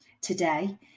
Today